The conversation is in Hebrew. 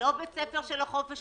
לא בית ספר של החופש